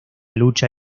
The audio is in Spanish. lucha